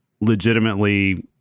legitimately